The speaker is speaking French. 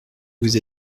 vous